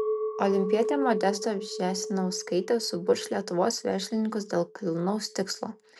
olimpietė modesta vžesniauskaitė suburs lietuvos verslininkus dėl kilnaus tikslo